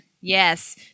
Yes